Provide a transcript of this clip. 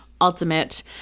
ultimate